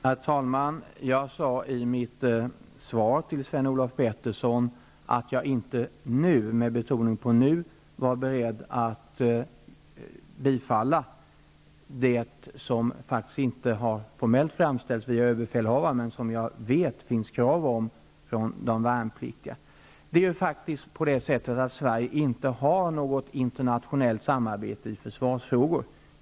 Herr talman! Jag sade i mitt svar till Sven-Olof Petersson att jag inte nu var beredd att bifalla det som faktiskt inte har framställts formellt via överbefäl havaren men som jag vet att det finns krav på från de värnpliktiga. Sverige har faktiskt inget internationellt samarbete i försvarsfrågor.